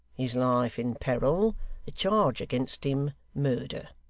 his life in peril the charge against him, murder.